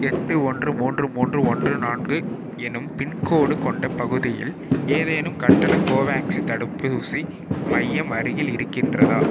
எட்டு ஒன்று மூன்று மூன்று ஒன்று நான்கு எனும் பின்கோடு கொண்ட பகுதியில் ஏதேனும் கட்டண கோவேக்சின் தடுப்பூசி மையம் அருகில் இருக்கின்றதா